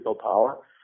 power